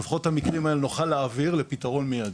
שלפחות את המקרים האלה נוכל להעביר לפתרון מיידי.